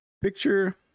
Picture